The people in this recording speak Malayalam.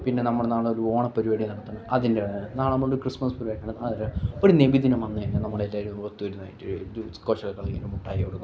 പിന്നെ നമ്മൾ നാളെ ഒരു ഓണപ്പരിപാടി നടത്തുന്നു അതിന് നാളെ നമ്മൾ ഒരു ക്രിസ്മസ് പരിപാടി നടത്തുന്നു അതിൻ്റെ ഒരു നബിദിനം വന്നു കഴിഞ്ഞാൽ നമ്മൾ എല്ലാവരും ഒത്തൊരുമയായിട്ട് ഒരു ഇത് കുറച്ചൊരു കഴിയുമ്പോൾ മുട്ടായി കൊടുക്കും